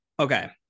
Okay